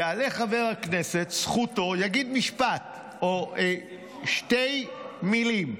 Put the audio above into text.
יעלה חבר הכנסת, זכותו, יגיד משפט, או שתי מילים: